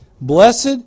Blessed